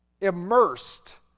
immersed